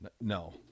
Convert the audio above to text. No